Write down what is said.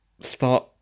start